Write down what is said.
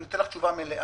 אני אתן לך תשובה מלאה.